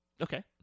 Okay